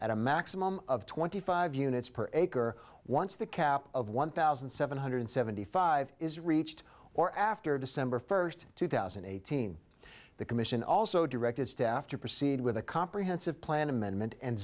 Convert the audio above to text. at a maximum of twenty five units per acre once the cap of one thousand seven hundred seventy five is reached or after december first two thousand and eighteen the commission also directed staff to proceed with a comprehensive plan amendment and